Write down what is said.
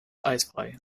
eisfrei